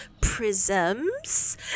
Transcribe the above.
prisms